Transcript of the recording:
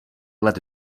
let